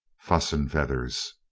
fuss and feathers.